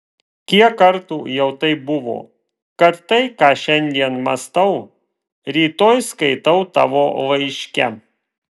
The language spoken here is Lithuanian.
kiek kartų jau taip buvo kad tai ką šiandien mąstau rytoj skaitau tavo laiške